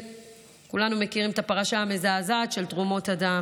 וכולנו מכירים את הפרשה המזעזעת של תרומות הדם,